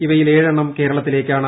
ഇവയിൽ ഏഴെണ്ണം കേരളത്തിലേയ്ക്കാണ്